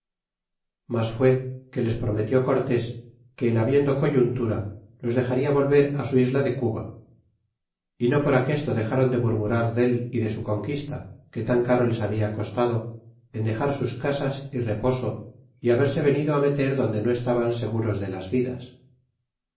mas fué que les protnetió cortés que en habiendo coyuntura los dexaria volver su isla de cuba y no por aquesto dexáron de murmurar del y de su conquista que tan caro les habia costado en dexar sus casas y reposo y haberse venido á meter adonde no estaban seguros de las vidas